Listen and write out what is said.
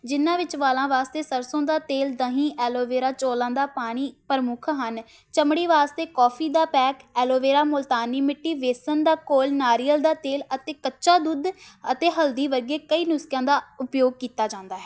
ਜਿਨ੍ਹਾਂ ਵਿੱਚ ਵਾਲਾਂ ਵਾਸਤੇ ਸਰਸੋਂ ਦਾ ਤੇਲ ਦਹੀਂ ਐਲੋ ਵੇਰਾ ਚੋਲਾਂ ਦਾ ਪਾਣੀ ਪ੍ਰਮੁੱਖ ਹਨ ਚਮੜੀ ਵਾਸਤੇ ਕੋਫੀ ਦਾ pack aloe vera multani mitti ਵੇਸਣ ਦਾ ਘੋਲ ਨਾਰੀਅਲ ਦਾ ਤੇਲ ਅਤੇ ਕੱਚਾ ਦੁੱਧ ਅਤੇ ਹਲਦੀ ਵਰਗੇ ਕਈ ਨੁਸਖਿਆਂ ਦਾ ਉਪਯੋਗ ਕੀਤਾ ਜਾਂਦਾ ਹੈ